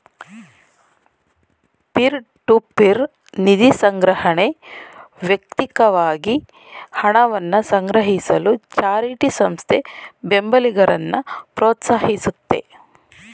peer to peer ನಿಧಿಸಂಗ್ರಹಣೆ ವ್ಯಕ್ತಿಕವಾಗಿ ಹಣವನ್ನ ಸಂಗ್ರಹಿಸಲು ಚಾರಿಟಿ ಸಂಸ್ಥೆ ಬೆಂಬಲಿಗರನ್ನ ಪ್ರೋತ್ಸಾಹಿಸುತ್ತೆ